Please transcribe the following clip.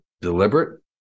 deliberate